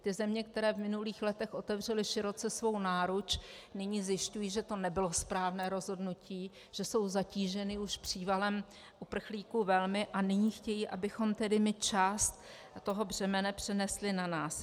Ty země, které v minulých letech otevřely široce svou náruč, nyní zjišťují, že to nebylo správné rozhodnutí, že jsou zatíženy už přívalem uprchlíků velmi, a nyní chtějí, abychom tedy my část toho břemene přenesli na nás.